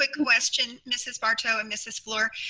ah question, mrs. barto and mrs. fluor.